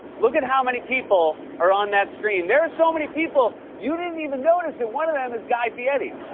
look at how many people are on that screen. there are so many people, you didn't even notice that one of them is guy fieri.